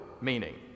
meaning